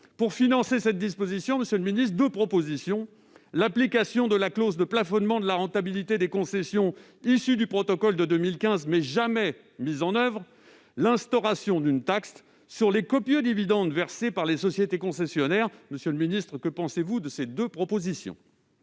pour financer cette disposition, monsieur le ministre : l'application de la clause de plafonnement de la rentabilité des concessions, issue du protocole de 2015, mais jamais mise en oeuvre, et l'instauration d'une taxe sur les copieux dividendes versés par les sociétés concessionnaires. Que pensez-vous de ces deux propositions ?